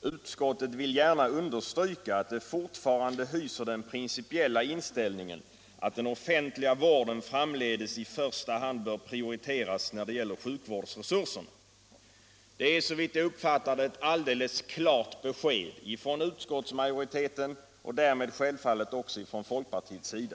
står: ”Utskottet vill gärna understryka att det fortfarande hyser den principiella inställningen att den offentliga vården även framdeles i första hand bör prioriteras när det gäller sjukvårdsresurserna.” Det är, som jag uppfattar det, ett alldeles klart besked från utskottsmajoriteten och därmed självfallet också från folkpartiet.